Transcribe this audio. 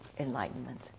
enlightenment